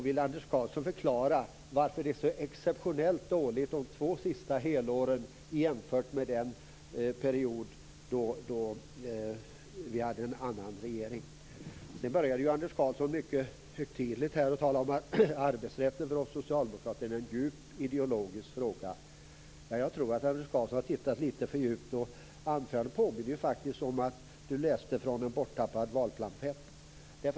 Vill Anders Karlsson förklara varför det är så exceptionellt dåligt de två senaste helåren jämfört med den period då vi hade en annan regering? Anders Karlsson började med att mycket högtidligt tala om att frågan om arbetsrätten är en djupt ideologisk fråga för socialdemokraterna. Jag tror att Anders Karlsson har tittat lite för djupt. Det verkade som om han i sitt anförande läste från en borttappad valpamflett.